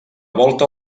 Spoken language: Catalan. volta